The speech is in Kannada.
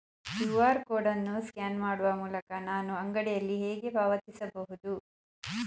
ಕ್ಯೂ.ಆರ್ ಕೋಡ್ ಅನ್ನು ಸ್ಕ್ಯಾನ್ ಮಾಡುವ ಮೂಲಕ ನಾನು ಅಂಗಡಿಯಲ್ಲಿ ಹೇಗೆ ಪಾವತಿಸಬಹುದು?